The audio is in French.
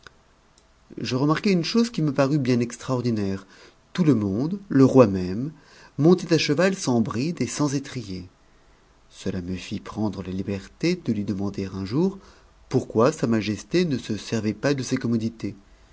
je remarquai une chose qui me parut bien extraordinaire tout le m de le roi même montait à cheval sans bride et sans étriers cela tit prendre ta ubcrté de lui demander un jour pourquoi sa majesté ne se servait pas de ces commodités